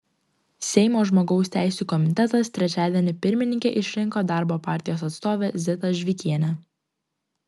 seimo žmogaus teisių komitetas trečiadienį pirmininke išrinko darbo partijos atstovę zitą žvikienę